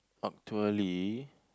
actually